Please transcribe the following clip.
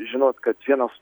žinot kad vienos